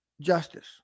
justice